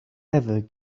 ever